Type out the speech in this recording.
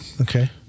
Okay